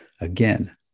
Again